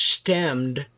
stemmed